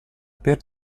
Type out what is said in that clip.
per